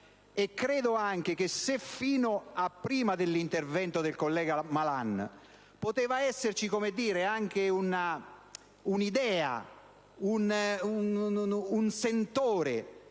credo anche che se, fino a prima dell'intervento del collega Malan poteva esserci il sentore